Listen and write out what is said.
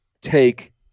take